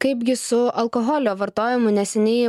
kaipgi su alkoholio vartojimu neseniai